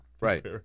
Right